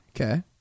okay